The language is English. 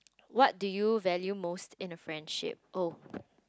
what do you value most in a friendship oh